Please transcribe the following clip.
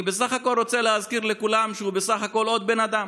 אני בסך הכול רוצה להזכיר לכולם שהוא בסך הכול עוד בן אדם.